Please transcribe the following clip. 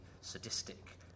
sadistic